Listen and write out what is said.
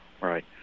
right